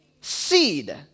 seed